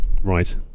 Right